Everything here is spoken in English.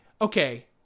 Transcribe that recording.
okay